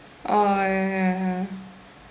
oh ya ya ya